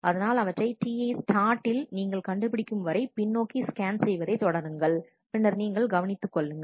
அதனால் அவற்றை Ti start இல் நீங்கள் கண்டுபிடிக்கும் வரை பின்னோக்கி ஸ்கேன் செய்வதைத் தொடருங்கள் பின்னர் நீங்கள் கவனித்துக் கொள்ளுங்கள்